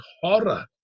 horror